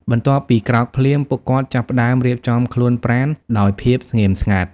បន្ទាប់ពីក្រោកភ្លាម ពួកគាត់ចាប់ផ្តើមរៀបចំខ្លួនប្រាណដោយភាពស្ងៀមស្ងាត់។